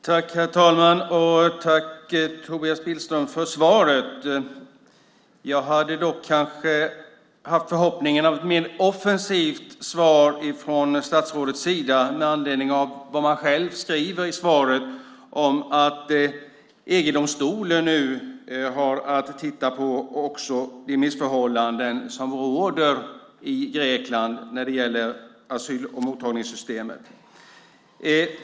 Herr talman! Jag tackar Tobias Billström för svaret. Jag hade dock kanske haft förhoppningen om ett mer offensivt svar från statsrådets sida med anledning av vad man själv skriver i svaret om att EG-domstolen nu har att titta på de missförhållanden som råder i Grekland när det gäller asyl och mottagningssystemet.